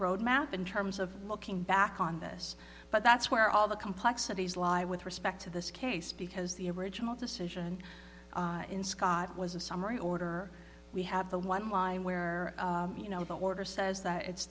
road map in terms of looking back on this but that's where all the complexities lie with respect to this case because the original decision in scott was a summary order we have the one line where you know the order says that it's